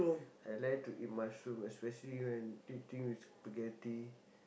I like to eat mushroom especially when eating with spaghetti